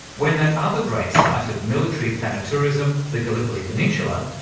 when that other great site of military thanatourism, the gallipoli peninsula,